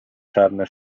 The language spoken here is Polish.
czarne